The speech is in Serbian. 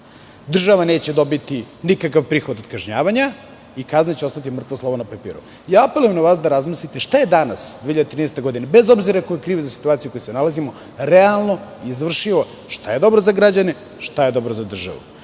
država neće dobiti nikakav prihod od kažnjavanja i kazna će ostati mrtvo slovo na papiru. Apelujem na vas da razmislite šta je danas, 2013. godine, bez obzira ko je kriv za situaciju u kojoj se nalazimo, realno izvršivo, šta je dobro za građane, šta je dobro za državu.